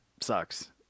sucks